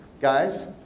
guys